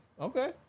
okay